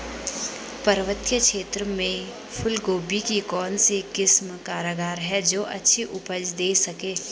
पर्वतीय क्षेत्रों में फूल गोभी की कौन सी किस्म कारगर है जो अच्छी उपज दें सके?